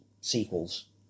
sequels